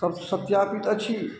सभ सत्यापित अछि